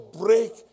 break